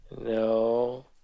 No